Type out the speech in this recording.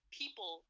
people